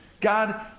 God